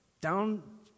down